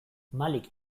malik